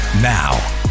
Now